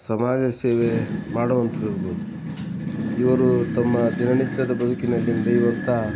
ಸಮಾಜ ಸೇವೆ ಮಾಡುವಂಥದ್ದು ಇರ್ಬೋದು ಇವರು ತಮ್ಮ ದಿನನಿತ್ಯದ ಬದುಕಿನಲ್ಲಿ ಬರೆಯುವಂಥ